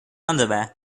underwear